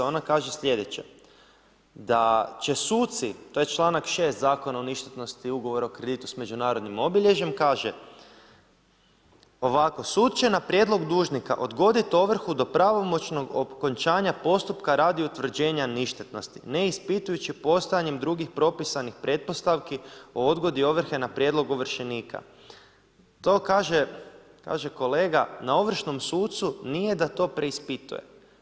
Ona kaže sljedeće da će suci, to je članak 6. Zakona o ništetnosti ugovora o kreditu s međunarodnim obilježjem kaže ovako: „Sud će na prijedlog dužnika odgodit ovrhu do pravomoćnog okončanja postupka radi utvrđenja ništetnosti ne ispitujući postojanjem drugih propisanih pretpostavki o odgodi ovrhe na prijedlog ovršenika.“ To kaže, kaže kolega na ovršnom sucu nije da to preispituje.